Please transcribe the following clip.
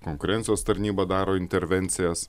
konkurencijos tarnybą daro intervencijas